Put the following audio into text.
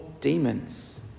demons